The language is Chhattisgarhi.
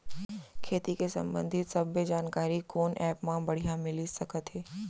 खेती के संबंधित सब्बे जानकारी कोन एप मा बढ़िया मिलिस सकत हे?